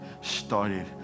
started